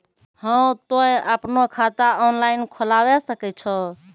हाँ तोय आपनो खाता ऑनलाइन खोलावे सकै छौ?